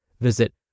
Visit